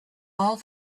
all